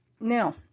Now